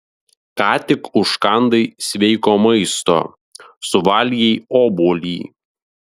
ką tik užkandai sveiko maisto suvalgei obuolį